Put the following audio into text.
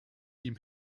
ihm